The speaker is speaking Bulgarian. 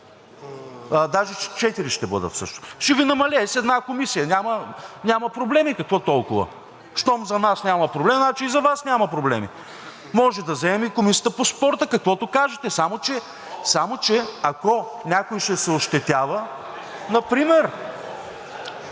даже с четири ще бъдат всъщност. Ще Ви намалее с една комисия – няма проблеми, какво толкова?! Щом за нас няма проблем, значи и за Вас няма проблеми. Може да вземем и Комисията по спорта – каквото кажете. Само че ако някой ще се ощетява (шум